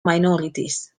minorities